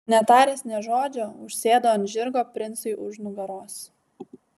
netaręs nė žodžio užsėdo ant žirgo princui už nugaros